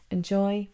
Enjoy